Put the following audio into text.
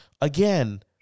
again